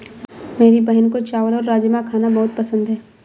मेरी बहन को चावल और राजमा खाना बहुत पसंद है